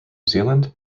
zealand